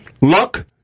luck